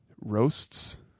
Roasts